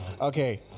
Okay